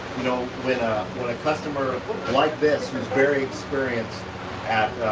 know, when ah when a customer like this, who's very experienced at